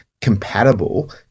compatible